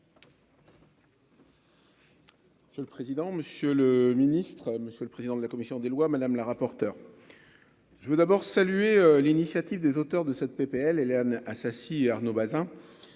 C'est le président, Monsieur le Ministre, Monsieur le président de la commission des lois, madame la rapporteure, je veux d'abord saluer l'initiative des auteurs de cette PPL Éliane Assassi Arnaud Bazin,